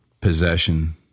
possession